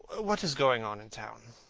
what is going on in town?